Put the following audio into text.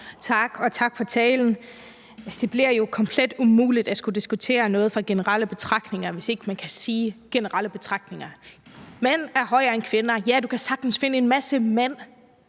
Tak, og tak for talen. Det bliver jo komplet umuligt at skulle diskutere noget ud fra generelle betragtninger, hvis ikke man kan komme med generelle betragtninger. Mænd er højere end kvinder. Ja, du kan sagtens finde en masse mænd,